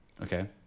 Okay